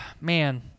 man